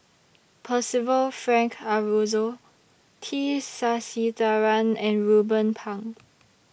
Percival Frank Aroozoo T Sasitharan and Ruben Pang